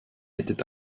était